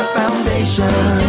foundation